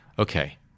Okay